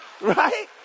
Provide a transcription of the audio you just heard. Right